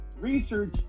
Research